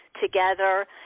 together